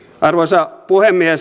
arvoisa puhemies